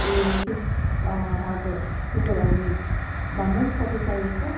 ए हजुर त्यसो भने भन्नुहोस् कति चाहिएको